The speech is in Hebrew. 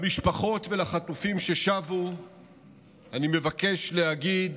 למשפחות ולחטופים ששבו אני מבקש להגיד: